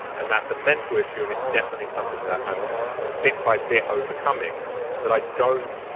and that's a mental issue and it's definitely something that i'm bit by bit overcoming but i don't.